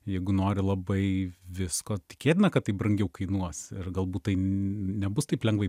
jeigu nori labai visko tikėtina kad tai brangiau kainuos ir galbūt tai nebus taip lengvai